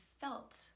felt